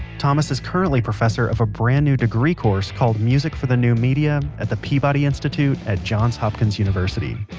thomas is currently professor of a brand new degree course called music for the new media at the peabody institute at johns hopkins university.